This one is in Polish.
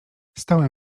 stałem